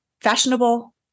fashionable